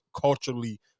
culturally